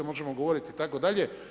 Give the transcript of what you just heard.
Možemo govoriti itd.